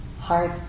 heart